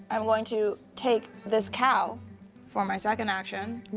i'm going to take this cow for my second action,